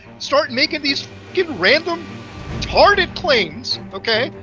start making these f-cking random r-tarded claims, okay?